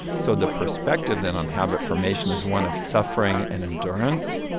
so the perspective then on habit formation is one of suffering and endurance,